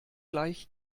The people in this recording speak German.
gleich